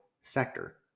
sector